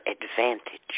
advantage